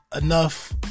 enough